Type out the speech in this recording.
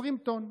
20 טון,